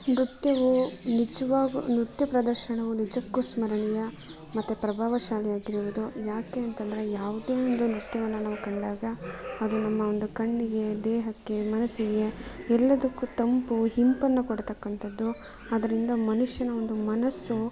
ನೃತ್ಯವು ನಿಜವಾಗೂ ನೃತ್ಯ ಪ್ರದರ್ಶನವೂ ನಿಜಕ್ಕೂ ಸ್ಮರಣೀಯ ಮತ್ತೆ ಪ್ರಭಾವಶಾಲಿಯಾಗಿರುವುದು ಏಕೆ ಅಂತಂದರೆ ಯಾವುದೇ ಒಂದು ನೃತ್ಯವನ್ನು ನಾವು ಕಂಡಾಗ ಅದು ನಮ್ಮ ಒಂದು ಕಣ್ಣಿಗೆ ದೇಹಕ್ಕೆ ಮನಸ್ಸಿಗೆ ಎಲ್ಲದಕ್ಕೂ ತಂಪು ಇಂಪನ್ನ ಕೊಡ್ತಕ್ಕಂಥದ್ದು ಅದರಿಂದ ಮನುಷ್ಯನ ಒಂದು ಮನಸ್ಸು